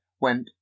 went